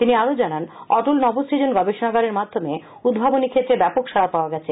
তিনি আরো জানান অটল নবসৃজন গবেষণাগারের মাধ্যমে উদ্ভাবনী ক্ষেত্রে ব্যাপক সাডা পাওয়া গেছে